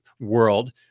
world